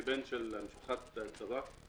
אני בן למשפחת צד"ל.